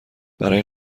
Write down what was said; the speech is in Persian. برای